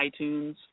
iTunes